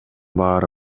баары